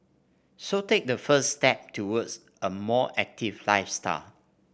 so take that first step towards a more active lifestyle